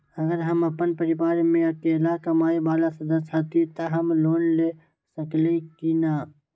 अगर हम अपन परिवार में अकेला कमाये वाला सदस्य हती त हम लोन ले सकेली की न?